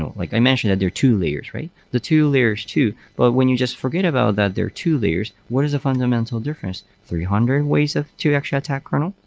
like i mentioned that they're two layers, right? the two layers too, but when you just forget about that there are two layers, what is the fundamental difference? three hundred and ways ah to actually attack kernel,